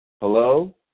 Hello